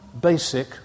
basic